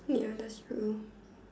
ya that's true